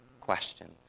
questions